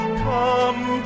come